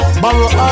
borrow